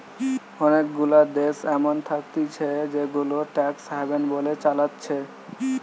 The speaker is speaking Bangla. অনেগুলা দেশ এমন থাকতিছে জেগুলাকে ট্যাক্স হ্যাভেন বলে চালাচ্ছে